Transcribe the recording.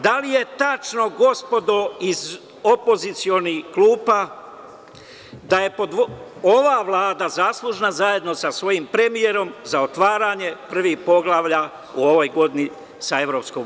Da li je tačno, gospodo iz opozicionih klupa, da je ova Vlada zaslužna, zajedno sa svojim premijerom, za otvaranje prvih poglavlja u ovoj godini sa EU?